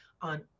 on